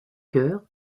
chœur